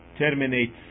Terminates